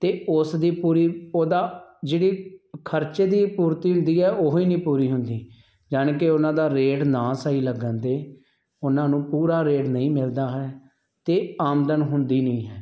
ਅਤੇ ਉਸ ਦੀ ਪੂਰੀ ਉਹਦਾ ਜਿਹੜੀ ਖਰਚੇ ਦੀ ਹੀ ਪੂਰਤੀ ਹੁੰਦੀ ਹੈ ਉਹ ਹੀ ਨਹੀਂ ਪੂਰੀ ਹੁੰਦੀ ਜਾਣੀ ਕਿ ਉਹਨਾਂ ਦਾ ਰੇਟ ਨਾ ਸਹੀ ਲੱਗਣ 'ਤੇ ਉਹਨਾਂ ਨੂੰ ਪੂਰਾ ਰੇਟ ਨਹੀਂ ਮਿਲਦਾ ਹੈ ਅਤੇ ਆਮਦਨ ਹੁੰਦੀ ਨਹੀਂ ਹੈ